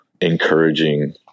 encouraging